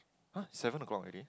!huh! seven o-clock already